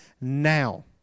now